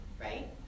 right